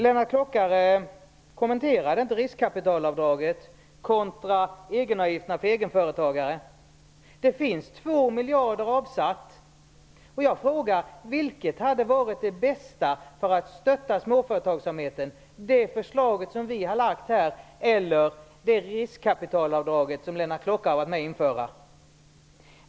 Lennart Klockare kommenterade inte riskkapitalavdraget kontra egenavgifterna för egenföretagare. Det finns 2 miljarder avsatt. Vilket hade varit det bästa för att stötta småföretagsamheten; det förslag som vi här har lagt fram eller det riskkapitalavdrag som Lennart Klockare har varit med om att införa?